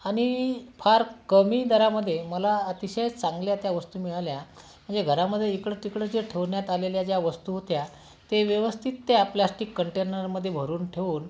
आणि फार कमी दरामध्ये मला अतिशय चांगल्या त्या वस्तू मिळाल्या म्हणजे घरामध्ये इकडंतिकडं जे ठेवण्यात आलेल्या ज्या वस्तू होत्या ते व्यवस्थित त्या प्लॅस्टिक कंटेनरमध्ये भरून ठेवून